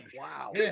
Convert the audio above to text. wow